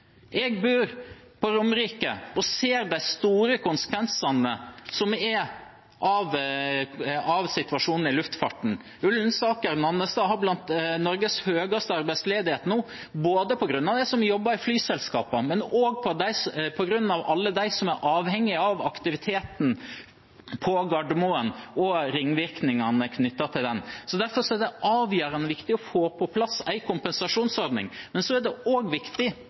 Jeg bor på Romerike og ser de store konsekvensene av situasjonen i luftfarten. Ullensaker og Nannestad har blant Norges høyeste arbeidsledighet nå på grunn av de som jobber i flyselskapene, men også på grunn av alle dem som er avhengig av aktiviteten på Gardermoen og ringvirkningene knyttet til det. Derfor er det avgjørende viktig å få på plass en kompensasjonsordning. Så er det også viktig